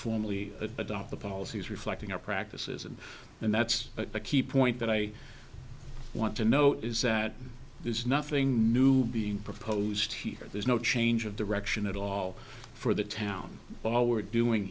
formally adopt the policies reflecting our practices and and that's the key point that i want to know is that there's nothing new being proposed here there's no change of direction at all for the town hall were doing